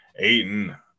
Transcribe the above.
Aiden